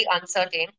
uncertain